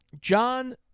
John